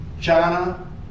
China